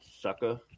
Sucker